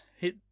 hit